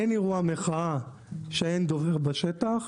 אין אירוע מחאה שאין דובר בשטח,